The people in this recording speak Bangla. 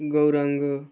গৌরাঙ্গ